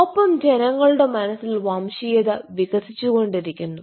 ഒപ്പം ജനങ്ങളുടെ മനസ്സിൽ വംശീയത വികസിച്ചുകൊണ്ടിരിക്കുന്നു